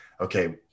okay